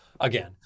again